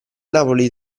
napoli